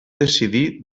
decidir